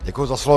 Děkuji za slovo.